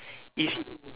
is